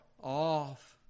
off